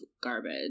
garbage